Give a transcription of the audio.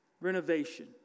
renovation